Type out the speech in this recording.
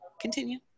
continue